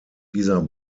dieser